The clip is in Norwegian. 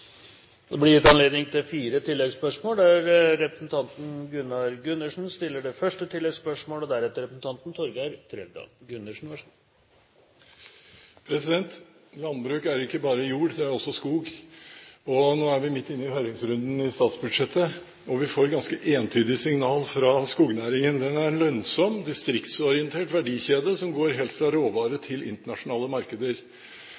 Det blir gitt anledning til fire oppfølgingsspørsmål – først Gunnar Gundersen. Landbruk er ikke bare jord, det er også skog. Nå er vi midt inne i høringsrunden for statsbudsjettet, og vi får ganske entydige signal fra skognæringen. Den er en lønnsom, distriktsorientert verdikjede som går helt fra